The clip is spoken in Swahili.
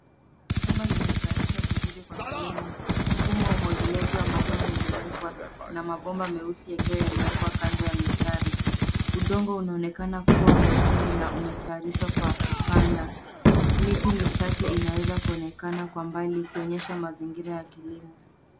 Shamba limetayarishwa vizuri kwa kilimo. Mfumo wa umwagiliaji wa matone umewekwa na mabomba meusi yakiwa yamewekwa kando ya mistari. Udongo unaonekana kuwa mwekundu na umetayarishwa kwa kupanda. Miti michache inaweza kuonekana kwa mbali ikionyesha mazingira ya kilimo.